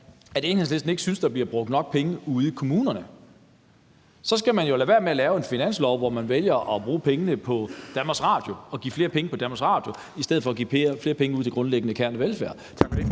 at Enhedslisten ikke synes, at der bliver brugt nok penge ude i kommunerne, så skal man jo lade være med at lave en finanslov, hvor man vælger at bruge pengene på Danmarks Radio, altså at give flere penge til Danmarks Radio, i stedet for at give flere penge ud til grundlæggende kernevelfærd.